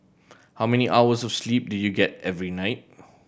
how many hours of sleep do you get every night